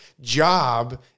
job